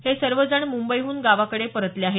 हे सर्वजण मुंबईहून गावाकडे परतले आहेत